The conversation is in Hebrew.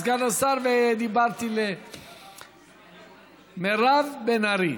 אני הסתכלתי על סגן השר ודיברתי למירב בן ארי.